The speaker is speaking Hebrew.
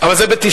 אבל זה ב-99.